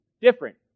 different